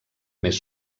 més